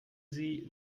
sie